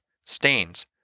stains